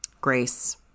Grace